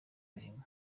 rehema